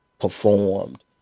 performed